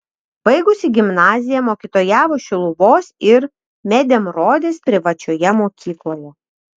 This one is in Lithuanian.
baigusi gimnaziją mokytojavo šiluvos ir medemrodės privačioje mokykloje